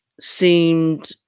seemed